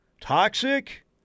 Toxic